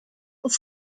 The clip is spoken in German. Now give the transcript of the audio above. auf